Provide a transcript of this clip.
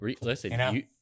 listen